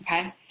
okay